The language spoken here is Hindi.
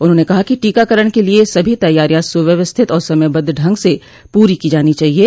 उन्होंने कहा कि टीकाकरण के लिये सभी तैयारियां सुव्यवस्थित और समयबद्ध ढंग से पूरी की जानी चाहिये